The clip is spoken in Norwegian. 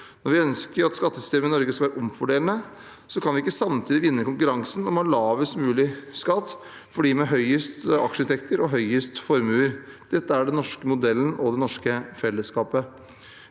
Når vi ønsker at skattesystemet i Norge skal være omfordelende, kan vi ikke samtidig vinne konkurransen om å ha lavest skatt for dem med høye aksjeinntekter og høyest formuer. Dette er den norske modellen og det norske fellesskapet.